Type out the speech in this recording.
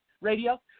Radio